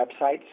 websites